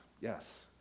yes